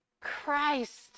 Christ